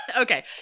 Okay